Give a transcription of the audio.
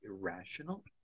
irrational